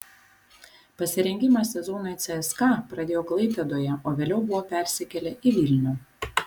pasirengimą sezonui cska pradėjo klaipėdoje o vėliau buvo persikėlę į vilnių